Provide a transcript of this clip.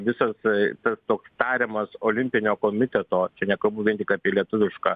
visa tai toks tariamas olimpinio komiteto čia nekalbu vien tik apie lietuvišką